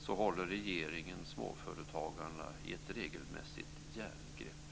så håller regeringen småföretagarna i ett regelmässigt järngrepp.